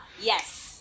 Yes